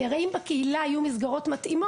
כי הרי אם בקהילה היו מסגרות מתאימות,